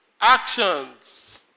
Actions